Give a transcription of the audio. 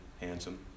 handsome